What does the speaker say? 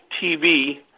TV